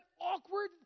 awkward